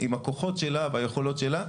עם הכוחות שלה והיכולות שלה,